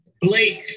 Blake